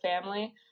family